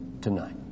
tonight